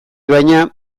baina